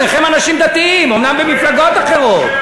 שניכם אנשים דתיים, אומנם במפלגות אחרות.